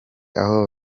aho